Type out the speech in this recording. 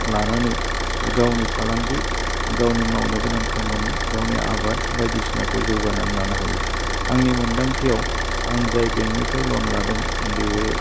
लानानै गावनि फालांगि गावनि मावनो गोनां खामानि गावनि आबाद बायदिसिनाखौ जौगानानै लानो हायो आंनि मोन्दांथियाव आं जाय बेंकनिफ्राइ लन लादों बेयो